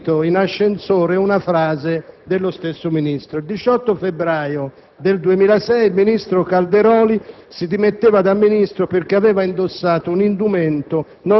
Grazie